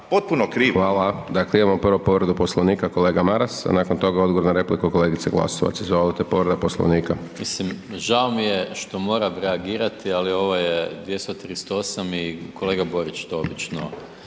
Hvala. Dakle imamo prvo povredu Poslovnika, kolega Maras, nakon toga odgovor na repliku kolegice Glasovac. Izvolite, povreda Poslovnika. **Maras, Gordan (SDP)** Mislim, žao mi je što moram reagirati, ali ovo je 238. i kolega Borić to obično